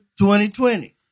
2020